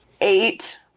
Eight